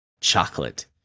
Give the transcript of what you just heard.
chocolate